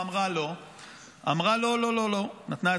אמרו זה סוף המדינה אם לא יחקרו את